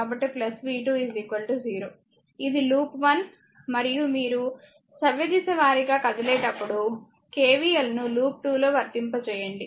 ఇది లూప్ 1 మరియు మరియు మీరు సవ్యదిశ వారీగా కదిలేటప్పుడు KVL ను లూప్ 2 లో వర్తింపచేయండి